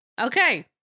okay